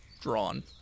drawn